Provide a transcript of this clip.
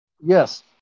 Yes